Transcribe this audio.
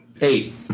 Eight